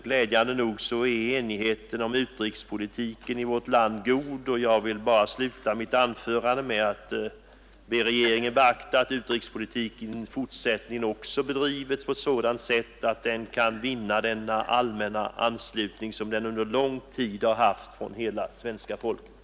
Glädjande nog är enigheten om utrikespolitiken i vårt land stor, och jag vill bara sluta mitt anförande med att be regeringen beakta att utrikespolitiken också i fortsättningen bedrives på ett sådant sätt att den, liksom den gjort under lång tid, kan vinna allmän anslutning från svenska folket.